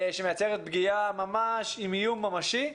שמייצרת פגיעה ממש עם איום ממשי.